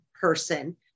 person